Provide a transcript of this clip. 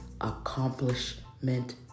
accomplishment